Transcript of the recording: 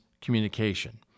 communication